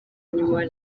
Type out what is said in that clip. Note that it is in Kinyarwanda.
nyuma